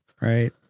Right